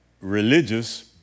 religious